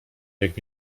jak